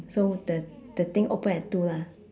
so the the thing open at two lah